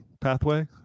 pathway